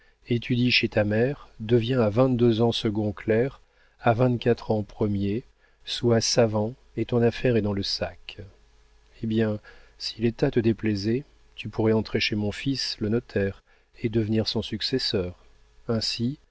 et matin étudie chez ta mère deviens à vingt-deux ans second clerc à vingt-quatre ans premier sois savant et ton affaire est dans le sac eh bien si l'état te déplaisait tu pourrais entrer chez mon fils le notaire et devenir son successeur ainsi